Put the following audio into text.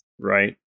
right